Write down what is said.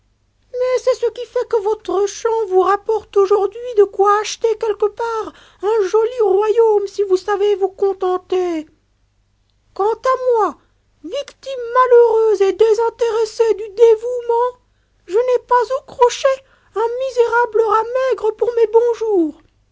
mais c'est ce qui fait que votre champ vous rapporte aujourd'hui de quoi acheter quelque part un joli royaume si vous savez vous contenter quant a moi victime malheureuse et désintéressée du dévouement je n'ai pas au crochet un misérable rat maigre pour mes bons jours